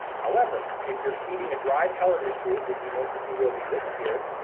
however, if you're feeding a dry pelleted food, which most of you will be this year,